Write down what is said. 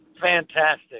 Fantastic